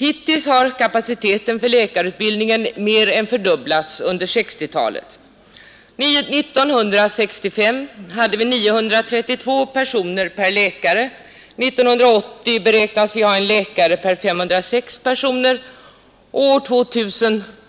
Hittills har kapaciteten för läkarutbildningen mer än fördubblats under 1960-talet, 1965 hade vi en läkare på 932 personer, 1980 beräknas vi ha en läkare på 506 personer, och